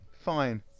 Fine